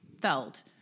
felt